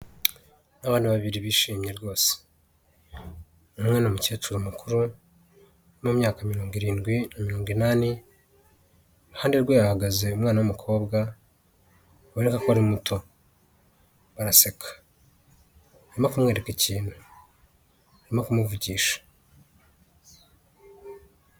Abantu babiri bishimye rwose, umwe ni umukecuru mukuru wo mumyaka mirongo irindwi na mirongo inani, iruhande rwe yahagaze umwana w'umukobwa ubona ko ari muto, baraseka, arimo kumwereka ikintu, arimo kumuvugisha.